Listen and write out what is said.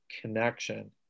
connection